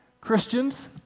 Christians